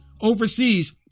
overseas